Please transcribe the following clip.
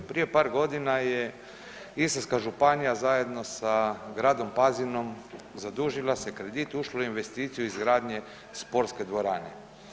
Prije par godina je Istarska županija zajedno sa gradom Pazinom zadužila se kredit i ušla u investiciju izgradnje sportske dvorane.